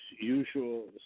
usual